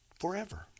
Forever